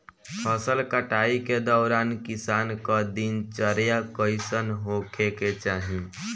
फसल कटाई के दौरान किसान क दिनचर्या कईसन होखे के चाही?